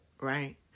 right